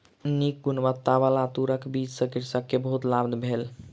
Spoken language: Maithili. नीक गुणवत्ताबला तूरक बीज सॅ कृषक के बहुत लाभ भेल